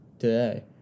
today